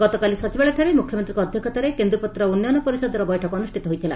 ଗତକାଲି ସଚିବାଳୟଠାରେ ମୁଖ୍ୟମନ୍ତୀଙ୍କ ଅଧ୍ଧକ୍ଷତାରେ କେନ୍ଦୁପତ୍ର ଉନ୍ୟନ ପରିଷଦର ବୈଠକ ଅନୁଷ୍ଷତ ହୋଇଥିଲା